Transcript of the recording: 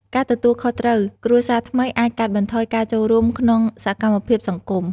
ការទទួលខុសត្រូវគ្រួសារថ្មីអាចកាត់បន្ថយការចូលរួមក្នុងសកម្មភាពសង្គម។